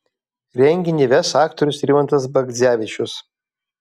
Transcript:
renginį ves aktorius rimantas bagdzevičius